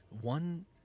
one